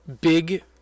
big